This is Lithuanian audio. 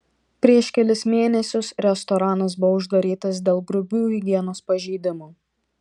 prieš kelis mėnesius restoranas buvo uždarytas dėl grubių higienos pažeidimų